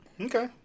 Okay